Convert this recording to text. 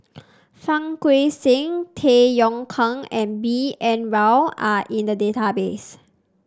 Fang Guixiang Tay Yong Kwang and B N Rao are in the database